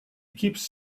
keeps